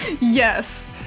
yes